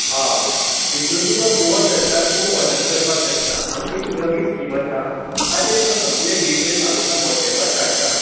आं हेतून तुका गोवा सरकार खूब मदत करपाक शकता आमची एक नवी स्कीम आसा ताचें सगले डिटॅल्स हांव तुका वॉटसॅपार धाडटां